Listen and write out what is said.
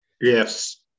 Yes